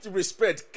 respect